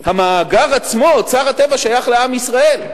המאגר עצמו, אוצר הטבע, שייך לעם ישראל.